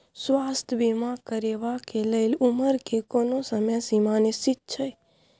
स्वास्थ्य बीमा करेवाक के लेल उमर के कोनो समय सीमा निश्चित छै?